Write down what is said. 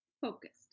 focused